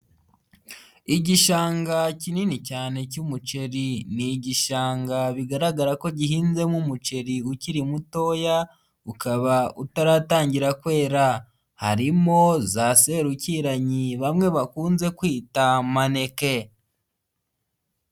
Igishanga kinini cyane cy'umuceri, ni igishanga bigaragara ko gihinze umuceri ukiri mutoya ukaba utaratangira kwera, harimo za serukiranyi, bamwe bakunze kwita maneke.